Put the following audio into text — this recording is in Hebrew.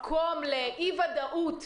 מקום לאי-ודאות.